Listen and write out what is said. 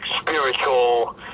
spiritual